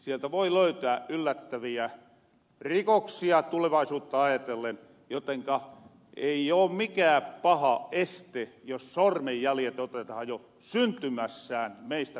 sieltä voi löytää yllättäviä rikoksia tulevaisuutta ajatellen jotenka ei oo mikään paha este jos sormenjäljet otetahan jo syntymässään meistä kaikista